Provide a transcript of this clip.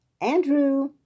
Andrew